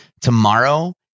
tomorrow